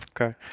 Okay